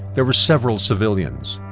there were several civilians.